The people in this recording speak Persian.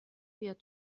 بیاد